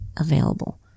available